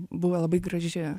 buvo labai graži